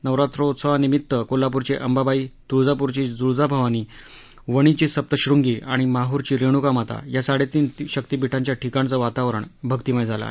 नवरात्रात्सोवानिमित्त कोल्हापूरची अंबाबाई तुळजापूरची तुळजाभवानी वणीची सप्तश्रृंगी आणि माहुरची रेणुकामाता या साडे तीन शक्तीपीठांच्या ठिकाणचं वातावरण भक्तीमय झालं आहे